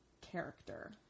character